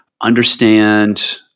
understand